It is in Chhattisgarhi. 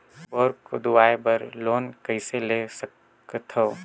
बोर खोदवाय बर लोन कइसे ले सकथव?